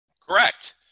Correct